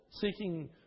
seeking